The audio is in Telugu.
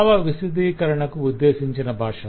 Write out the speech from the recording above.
భావ విశదీకరణకు ఉద్దేశించిన భాష